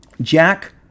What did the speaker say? Jack